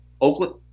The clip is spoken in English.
oakland